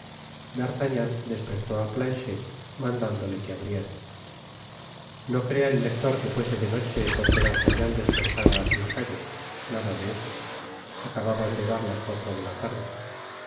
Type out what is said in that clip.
cuarto d'artagnan despertó á planchet mandándole que abriera no crea el lector que fuese de noche porque d'artagnan despertara á su lacayo nada de eso acababan de dar las cuatro de la tarde